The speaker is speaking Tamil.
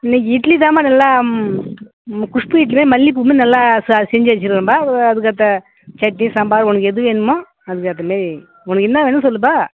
இன்றைக்கி இட்லிதான்ப்பா நல்லா குஷ்பூ இட்லி மல்லிப்பூ மாதிரி நல்லா ச செஞ்சு வச்சுருக்கேன்ப்பா அதுக்கேற்ற சட்னி சாம்பார் உனக்கு எது வேணுமோ அதுக்கேற்ற மாதிரி உனக்கு என்ன வேணும்ன்னு சொல்லுப்பா